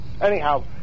anyhow